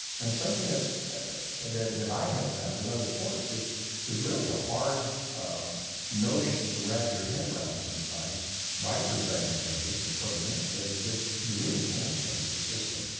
and something that that i have found in other courts is is really a hard notion to wrap your head around sometimes by presiding judges and court administrators is you really can change the system.